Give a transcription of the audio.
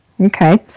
Okay